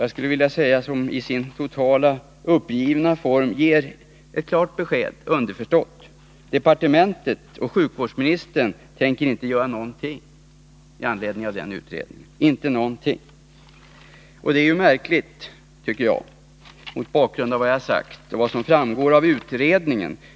Jag skulle vilja säga att det i sin totala uppgivenhet underförstått ger ett klart besked: departementet och sjukvårdsministern tänker inte göra någonting med anledning av utredningen — inte någonting. Det är märkligt, tycker jag, mot bakgrund av vad jag sagt och vad som framgår av utredningen.